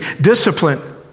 discipline